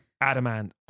Adamant